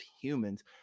humans